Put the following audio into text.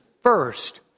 first